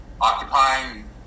occupying